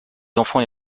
enfants